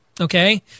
Okay